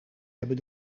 hebben